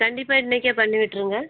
கண்டிப்பாக இன்னைக்கே பண்ணி விட்டுருங்க